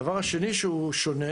הדבר השני ששונה,